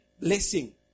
blessing